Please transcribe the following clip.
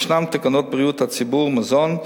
ישנן תקנות בריאות הציבור (מזון),